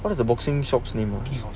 what is the the boxing shops name ah